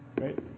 right